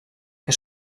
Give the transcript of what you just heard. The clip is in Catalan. que